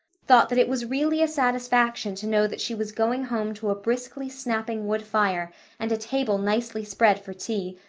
thought that it was really a satisfaction to know that she was going home to a briskly snapping wood fire and a table nicely spread for tea,